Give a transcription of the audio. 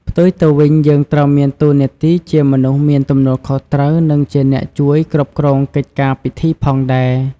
ផ្ទុយទៅវិញ យើងត្រូវមានតួនាទីជាមនុស្សមាន ទំនួលខុសត្រូវ និងជាអ្នក ជួយគ្រប់គ្រងកិច្ចការពិធីផងដែរ។